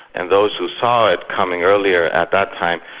and those who saw it coming earlier, at that time,